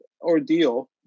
ordeal